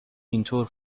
اینطور